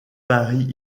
paris